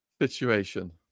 situation